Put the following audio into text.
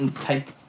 Type